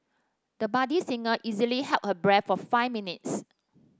the budding singer easily held her breath for five minutes